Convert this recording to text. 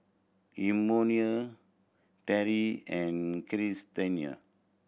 Emmanuel Teri and Krystina